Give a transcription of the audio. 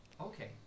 Okay